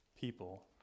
people